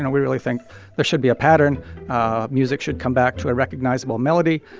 ah we really think there should be a pattern music should come back to a recognizable melody,